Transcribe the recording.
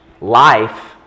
life